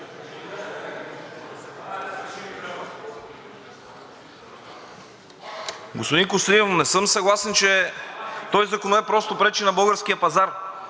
Господин Костадинов, не съм съгласен, че този законопроект просто пречи на българския пазар